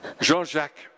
Jean-Jacques